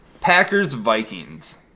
Packers-Vikings